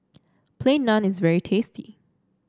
Plain Naan is very tasty